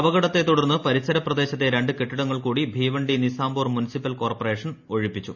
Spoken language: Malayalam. അപകട്ടിത്ത് തുടർന്ന് പരിസര പ്രദേശത്തെ രണ്ട് കെട്ടിടങ്ങൾ കൂട്ടി ഭീവണ്ടി നിസാംപൂർ മുനിസിപ്പൽ കോർപ്പറേഷൻ ഒഴിപ്പിച്ചു